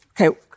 Okay